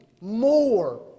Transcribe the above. more